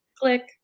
Click